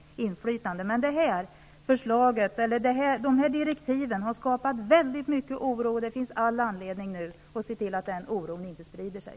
De här direktiven har skapat mycken oro, och det finns nu all anledning att se till att den oron inte sprider sig.